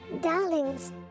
darlings